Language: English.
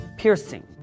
piercing